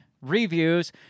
reviews